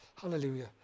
Hallelujah